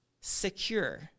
secure